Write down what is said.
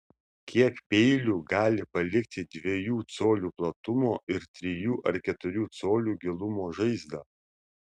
kiek peilių gali palikti dviejų colių platumo ir trijų ar keturių colių gilumo žaizdą